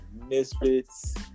Misfits